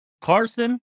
carson